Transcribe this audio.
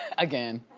again.